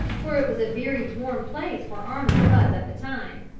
for it was a very warm place where arnold was at the time.